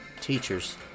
teachers